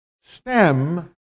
stem